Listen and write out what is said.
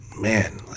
Man